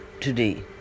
today